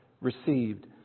received